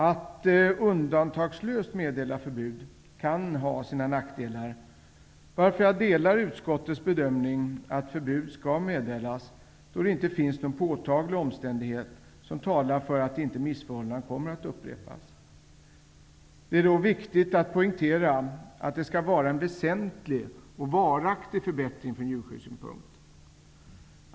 Att undantagslöst meddela förbud kan ha sina nackdelar, varför jag delar utskottets bedömning att förbud skall meddelas då det inte finns någon påtaglig omständighet som talar för att inte missförhållandena kommer att upprepas. Det är då viktigt att poängtera att det skall vara en väsentlig och varaktig förbättring från djurskyddssynpunkt.